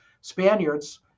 Spaniards